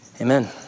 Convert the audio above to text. Amen